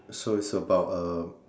so is about uh